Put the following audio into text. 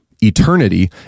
eternity